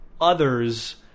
others